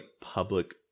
public